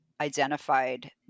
identified